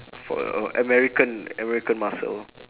for your american american muscle